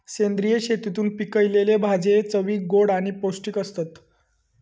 सेंद्रिय शेतीतून पिकयलले भाजये चवीक गोड आणि पौष्टिक आसतत